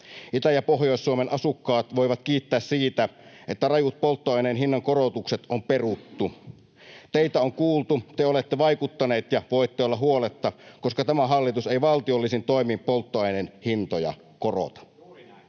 Itä‑ ja Pohjois-Suomen asukkaat voivat kiittää siitä, että rajut polttoaineen hinnankorotukset on peruttu. Teitä on kuultu, te olette vaikuttaneet, ja voitte olla huoletta, koska tämä hallitus ei valtiollisin toimin polttoaineen hintoja korota.